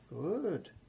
Good